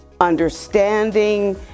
understanding